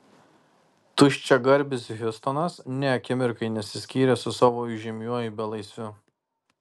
tuščiagarbis hiustonas nė akimirkai nesiskyrė su savo įžymiuoju belaisviu